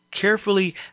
Carefully